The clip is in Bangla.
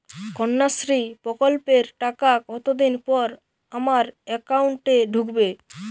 কন্যাশ্রী প্রকল্পের টাকা কতদিন পর আমার অ্যাকাউন্ট এ ঢুকবে?